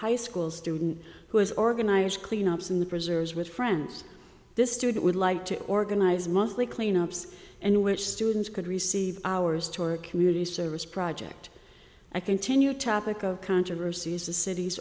high school student who has organized clean ups in the preserves with friends this student would like to organize monthly clean ups and which students could receive hours to or community service project i continue topic of controversy is the city